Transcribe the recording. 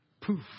Poof